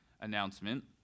announcement